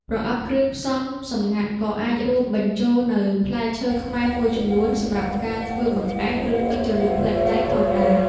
ប្រអប់គ្រឿងផ្សំសម្ងាត់ក៏អាចរួមបញ្ចូលនូវផ្លែឈើខ្មែរមួយចំនួនសម្រាប់ការធ្វើបង្អែម ឬទឹកជ្រលក់ប្លែកៗផងដែរ។